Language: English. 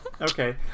Okay